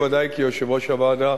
בוודאי כיושב-ראש הוועדה,